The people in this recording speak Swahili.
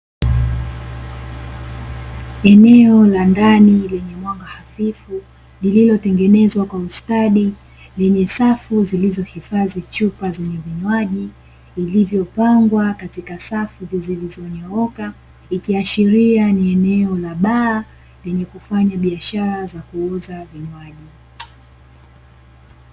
Eneo la ndani lenye mwanga hafifu, lililotengenezwa kwa ustadi lenye safu zilizohifadhi chupa zenye vinywaji; vilivyopangwa katika safu zilizonyooka, ikiashiria ni eneo la baa lenye kufanya biashara za kuuza vinywaji.